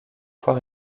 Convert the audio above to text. fois